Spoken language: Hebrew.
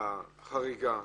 בחריגה.